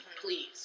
please